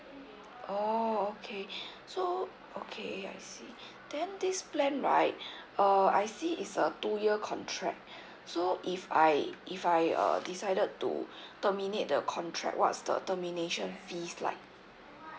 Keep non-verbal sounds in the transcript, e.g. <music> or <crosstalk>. oh okay <breath> so okay I see <breath> then this plan right <breath> uh I see it's a two year contract <breath> so if I if I uh decided to <breath> terminate the contract what's the termination fees like